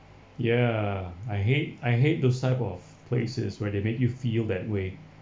ya I hate I hate those type of places where they make you feel that way